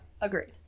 Agreed